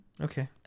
Okay